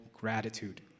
gratitude